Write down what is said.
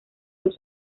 los